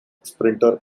sprinter